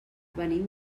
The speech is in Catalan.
venim